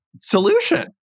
solution